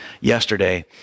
yesterday